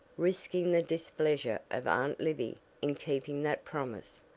risking the displeasure of aunt libby in keeping that promise.